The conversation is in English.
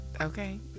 Okay